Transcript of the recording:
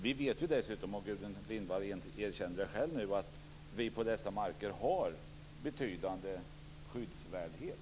Vidare vet vi, och Gudrun Lindvall erkände det själv nu, att dessa marker har en betydande skyddsvärdhet.